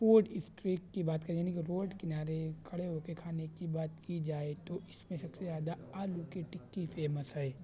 food street کی بات کریں یعنی کہ روڈ کنارے کھڑے ہو کے کھانے کی بات کی جائے تو اس میں سب سے زیادہ آلو کی ٹکی فیمس ہے